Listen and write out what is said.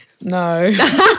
No